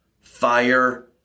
fire